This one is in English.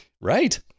Right